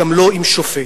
גם לא עם שופט.